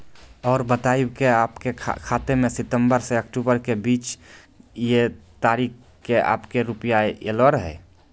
और बतायब के आपके खाते मे सितंबर से अक्टूबर के बीज ये तारीख के आपके के रुपिया येलो रहे?